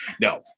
No